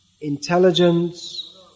intelligence